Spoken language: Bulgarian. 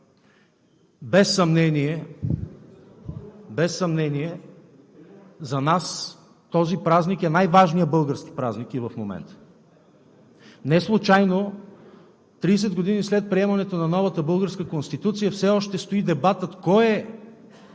Без съмнение, за нас този празник е най-важният български празник и в момента. Неслучайно 30 години след приемането на новата българска Конституция все още стои дебатът: кой е